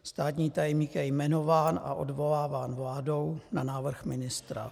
Státní tajemník je jmenován a odvoláván vládou na návrh ministra.